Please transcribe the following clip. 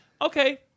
okay